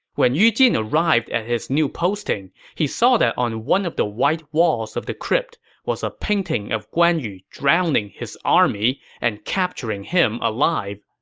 when yu jin arrived at his new posting, he saw that on one of the white walls of the crypt was a painting of guan yu drowning his army and capturing him alive.